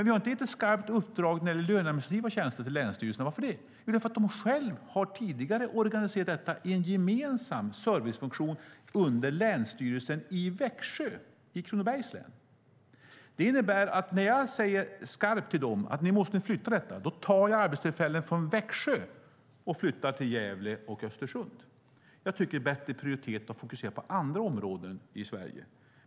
Vi har inte gett ett skarpt uppdrag till länsstyrelserna när det gäller de löneadministrativa tjänsterna. Varför det? De har själva tidigare organiserat detta i en gemensam servicefunktion under Länsstyrelsen i Växjö i Kronobergs län. Det innebär att om jag säger skarpt till dem: Ni måste flytta detta, tar jag arbetstillfällen från Växjö och flyttar till Gävle och Östersund. Jag tycker att det är bättre prioritet att fokusera på andra områden i Sverige.